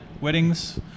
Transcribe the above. weddings